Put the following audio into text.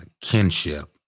kinship